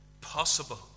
possible